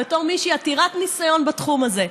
בתור מי שהיא עתירת ניסיון בתחום הזה.